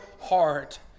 heart